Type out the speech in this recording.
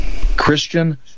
Christian